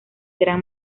gran